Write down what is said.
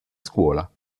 scuola